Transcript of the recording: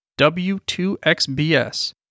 W2XBS